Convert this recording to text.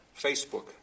Facebook